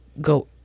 go